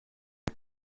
the